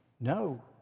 No